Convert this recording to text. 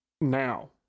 now